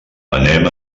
anem